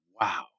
wow